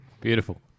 Beautiful